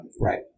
Right